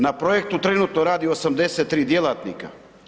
Na projektu trenutno radi 83 djelatnika.